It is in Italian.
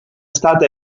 stata